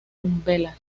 umbelas